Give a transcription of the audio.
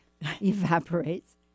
Evaporates